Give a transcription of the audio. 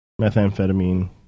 Methamphetamine